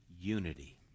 unity